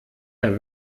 der